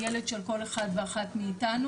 ילד של כל אחד ואחת מאיתנו,